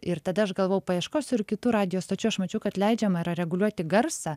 ir tada aš galvojau paieškosiu ir kitų radijo stočių aš mačiau kad leidžiama yra reguliuoti garsą